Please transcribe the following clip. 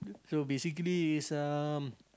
so basically it's um